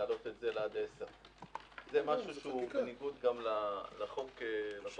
להעלות את זה עד 10. זה בניגוד לחוק ולתקנות.